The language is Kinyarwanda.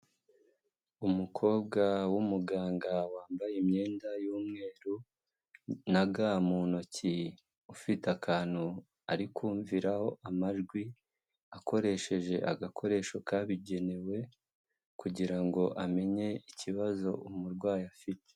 Umukobwa w'umuganga wambaye imyenda y'umweru na ga mu ntoki ufite akantu ari kumviraho amajwi akoresheje agakoresho kabigenewe kugira ngo amenye ikibazo umurwayi afite.